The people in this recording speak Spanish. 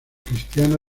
cristiana